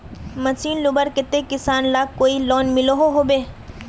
Machine लुबार केते किसान लाक कोई लोन मिलोहो होबे?